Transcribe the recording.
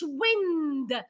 wind